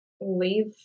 leave